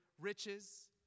riches